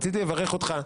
רציתי לברך אותך.